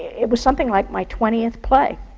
it was something like my twentieth play,